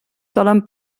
solen